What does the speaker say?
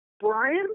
Brian